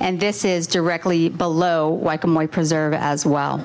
and this is directly below my preserve as well